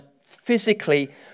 physically